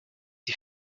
die